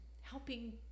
helping